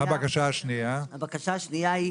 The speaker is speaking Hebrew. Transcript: הבקשה השנייה,